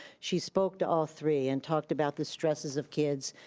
she spoke to all three and talked about the stresses of kids.